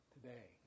Today